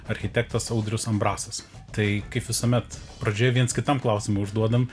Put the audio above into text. architektas audrius ambrasas tai kaip visuomet pradžioje viens kitam klausimą užduodam